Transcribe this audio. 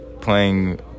playing